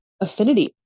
affinity